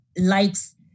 likes